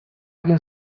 egin